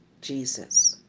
Jesus